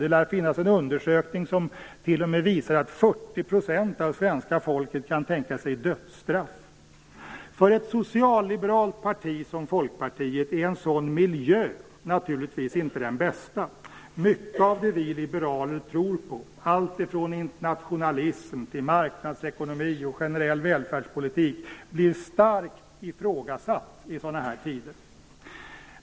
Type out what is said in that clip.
Det lär finnas en undersökning som t.o.m. visar att 40 % av svenska folket kan tänka sig dödsstraff. För ett socialliberalt parti som Folkpartiet är en sådan miljö naturligtvis inte den bästa. Mycket av det som vi liberaler tror på, alltifrån internationalism till marknadsekonomi och generell välfärdspolitik, blir starkt ifrågasatt i sådana tider.